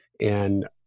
and-